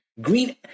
Green